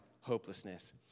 hopelessness